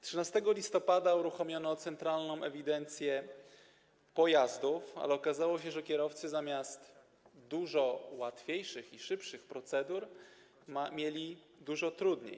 13 listopada uruchomiono centralną ewidencję pojazdów, ale okazało się, że kierowcy zamiast dużo łatwiejszych i szybszych procedur mieli dużo trudniej.